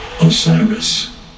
Osiris